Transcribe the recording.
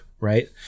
right